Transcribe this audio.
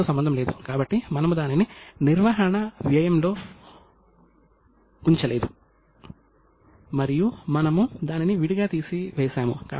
అతను రాజనీతిజ్ఞుడు ఆర్థికవేత్త మరియు ఆధ్యాత్మిక గురువు